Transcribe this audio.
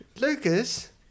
Lucas